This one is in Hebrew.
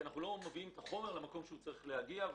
כי אנחנו לא מביאים את החומר למקום שהוא צריך להגיע אליו.